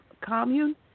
commune